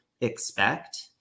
expect